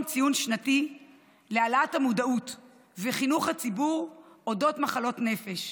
ציון שנתי להעלאת המודעות וחינוך הציבור על אודות מחלות נפש,